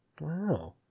Wow